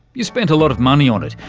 you spent a lot of money on it.